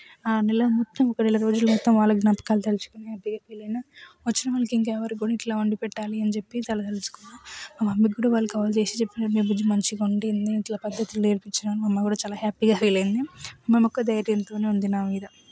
ఆ నెల మొత్తం ఒక నెల రోజులు మొత్తం వాళ్ళ జ్ఞాపకాలు తలుచుకొని హ్యాపీగా ఫీల్ అయిన వచ్చిన వాళ్ళకి ఇంకెవరికైనా ఇలాగే ఉండి పెట్టాలి అని చెప్పి చాలా తల్చుకున్న మా మమ్మీ కూడా వాళ్ళు కాల్ చేసి చెప్పినారు మీ బుజ్జి మంచిగా వండింది ఇంట్లో పద్ధతులు నేర్పించినారు మా అమ్మ కూడా చాలా హ్యాపీగా ఫీల్ అయింది మా అమ్మ ధైర్యంతోనే ఉంది నా మీద